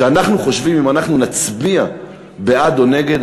כשאנחנו חושבים אם נצביע בעד או נגד,